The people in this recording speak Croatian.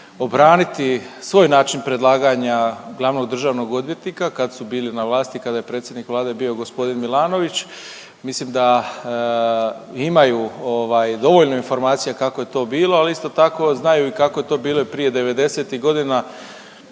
obraniti svoj način predlaganja glavnog državnog odvjetnika kad su bili na vlasti kada je predsjednik vlade bio gospodin Milanović, mislim da imaju ovaj dovoljno informacija kako je to bilo, ali isto tako znaju i kako je to bilo i prije '90.-tih godina